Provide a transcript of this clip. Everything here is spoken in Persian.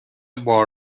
بار